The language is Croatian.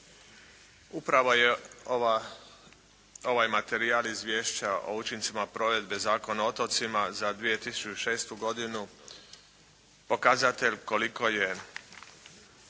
Upravo je ovaj materijal Izvješća o učincima provedbe Zakona o otocima za 2006. godinu pokazatelj koliko je